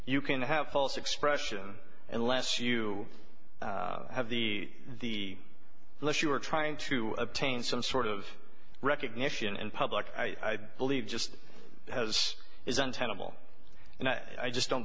you can have false expression unless you have the less you are trying to obtain some sort of recognition in public i believe just as is untenable and i just don't